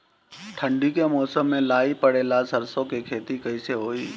ठंडी के मौसम में लाई पड़े ला सरसो के खेती कइसे होई?